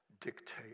dictate